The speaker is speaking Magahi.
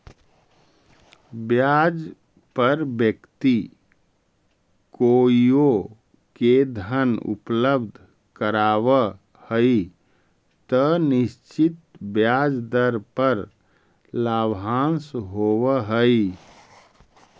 ब्याज पर व्यक्ति कोइओ के धन उपलब्ध करावऽ हई त निश्चित ब्याज दर पर लाभांश होवऽ हई